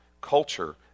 Culture